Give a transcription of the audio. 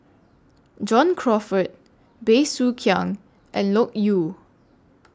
John Crawfurd Bey Soo Khiang and Loke Yew